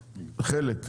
חלק,